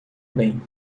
bem